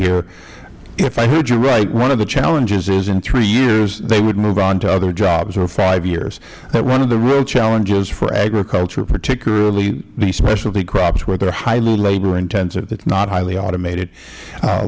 here if i heard you right one of the challenges is in three years they would move on to other jobs or five years one of the real challenges for agriculture particularly the specialty crops where they are highly labor intensive not highly automated